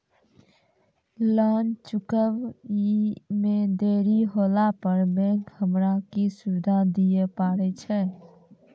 Loan चुकब इ मे देरी होला पर बैंक हमरा की सुविधा दिये पारे छै?